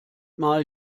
mal